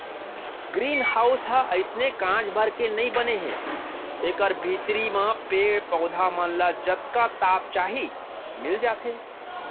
green house ह अइसने कांच भर के नइ बने हे एकर भीतरी म पेड़ पउधा मन ल जतका ताप चाही मिल जाथे